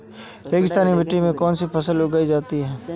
रेगिस्तानी मिट्टी में कौनसी फसलें उगाई जा सकती हैं?